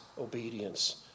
obedience